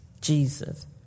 Jesus